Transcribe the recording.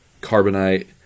Carbonite